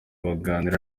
baganira